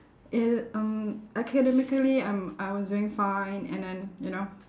i~ um academically I'm I was doing fine and then you know